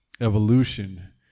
evolution